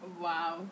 wow